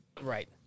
Right